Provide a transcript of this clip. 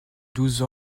douze